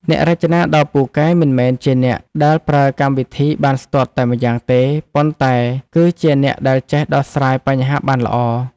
អ្នករចនាដ៏ពូកែមិនមែនជាអ្នកដែលប្រើកម្មវិធីបានស្ទាត់តែម្យ៉ាងទេ ប៉ុន្តែគឺជាអ្នកដែលចេះដោះស្រាយបញ្ហាបានល្អ។